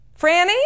Franny